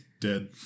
dead